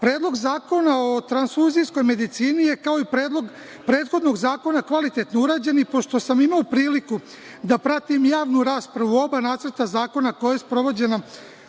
zakona. Predlog zakona o transfuzijskoj medicini je, kao i predlog prethodnog zakona, kvalitetno urađen. Pošto sam imao priliku da pratim javnu raspravu oba nacrta zakona koja je sprovođena